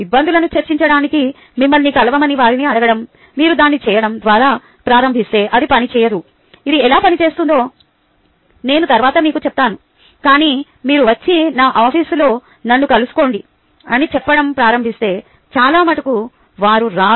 ఇబ్బందులను చర్చించడానికి మమ్మల్ని కలవమని వారిని అడగడం మీరు దీన్ని చేయడం ద్వారా ప్రారంభిస్తే అది పనిచేయదు ఇది ఎలా పనిచేస్తుందో నేను తరువాత మీకు చెప్తాను కాని మీరు వచ్చి నా ఆఫీసులో నన్ను కలుసుకోండి అని చెప్పడం ప్రారంభిస్తే చాలా మటుకు వారు రారు